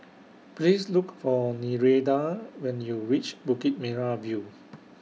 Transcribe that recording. Please Look For Nereida when YOU REACH Bukit Merah View